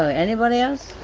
so anybody else?